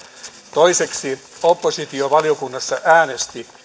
toiseksi oppositio valiokunnassa äänesti